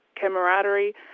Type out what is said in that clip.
camaraderie